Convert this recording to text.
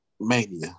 Mania